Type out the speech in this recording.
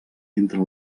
entre